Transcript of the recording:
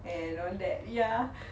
and all that ya